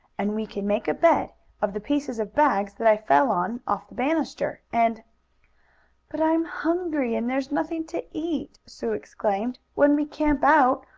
and we can make a bed of the pieces of bags that i fell on off the banister, and but i'm hungry, and there's nothing to eat! sue exclaimed. when we camp out,